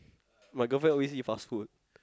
my girlfriend always eat fast food